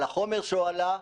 על החומר שהועלה.